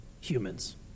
humans